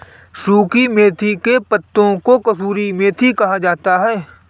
सुखी मेथी के पत्तों को कसूरी मेथी कहा जाता है